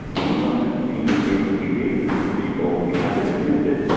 and we wanted to see if we gave this to people, if we had them use it,